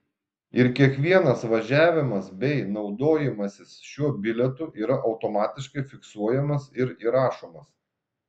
ir kiekvienas važiavimas bei naudojimasis šiuo bilietu yra automatiškai fiksuojamas ir įrašomas